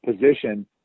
position